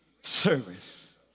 service